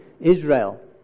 Israel